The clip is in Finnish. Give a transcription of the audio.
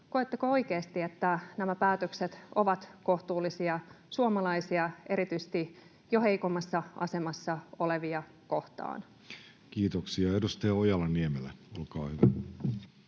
koetteko oikeasti, että nämä päätökset ovat kohtuullisia suomalaisia, erityisesti jo heikoimmassa asemassa olevia, kohtaan? Kiitoksia. — Edustaja Ojala-Niemelä, olkaa hyvä.